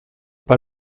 pas